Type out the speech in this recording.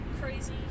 crazy